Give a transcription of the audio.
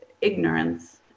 ignorance